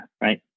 right